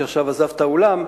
שעכשיו עזב את האולם,